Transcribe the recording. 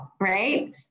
right